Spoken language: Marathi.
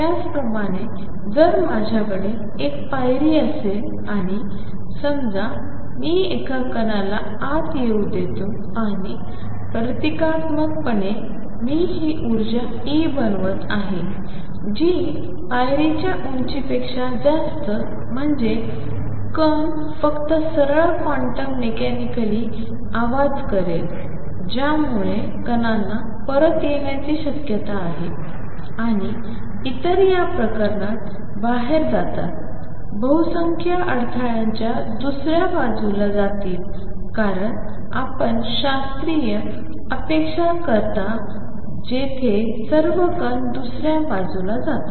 त्याचप्रमाणे जर माझ्याकडे एक पायरी असेल आणि समजा मी एका कणाला आत येऊ देतो आणि प्रतीकात्मकपणे मी ही ऊर्जा E बनवत आहे जी पायरीच्या उंचीपेक्षा जास्त म्हणजे कण फक्त सरळ क्वांटम मेकॅनिकली आवाज करेल ज्यामुळे कणांना परत येण्याची शक्यता आहे आणि इतर या प्रकरणात बाहेर जातात बहुसंख्य अडथळ्याच्या दुसऱ्या बाजूला जातील कारण आपण शास्त्रीय अपेक्षा करता जेथे सर्व कण दुसऱ्या बाजूला जातात